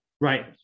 right